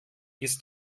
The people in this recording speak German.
ist